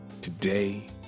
today